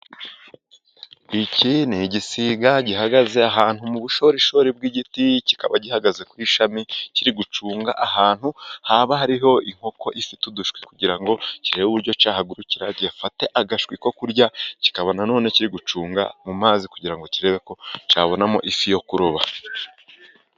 Iki ni igisiga gihagaze ahantu mu bushorishori bw'igiti, kikaba gihagaze ku ishami, kiri gucunga ahantu haba hari inkoko ifite udushwi, kugira ngo kirebe uburyo cyahagurukira gifate agashwi ko kurya. Kikaba nanone kiri gucunga mu mazi, kugira ngo kirebe ko cyabonamo ifi yo kuroba.